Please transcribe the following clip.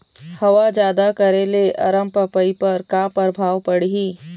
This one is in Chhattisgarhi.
हवा जादा करे ले अरमपपई पर का परभाव पड़िही?